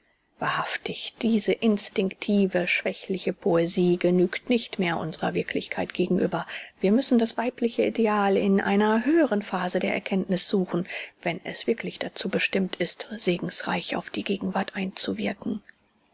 wahrhaftig diese instinctive schwächliche poesie genügt nicht mehr unsrer wirklichkeit gegenüber wir müssen das weibliche ideal in einer höhern phase der erkenntniß suchen wenn es wirklich dazu bestimmt ist segensreich auf die gegenwart einzuwirken